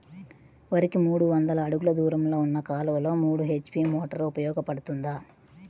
వరికి మూడు వందల అడుగులు దూరంలో ఉన్న కాలువలో మూడు హెచ్.పీ మోటార్ ఉపయోగపడుతుందా?